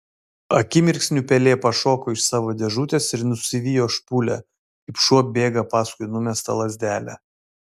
akimirksniu pelė pašoko iš savo dėžutės ir nusivijo špūlę kaip šuo bėga paskui numestą lazdelę